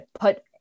put